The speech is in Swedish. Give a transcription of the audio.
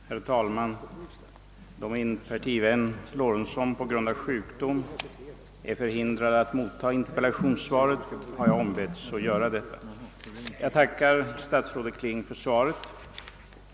Herr talman! Då min partivän herr Lorentzon på grund av sjukdom är förhindrad mottaga interpellationssvaret, har jag ombetts att göra detta. Jag tackar statsrådet Kling för svaret.